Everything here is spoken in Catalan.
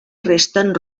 resten